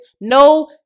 no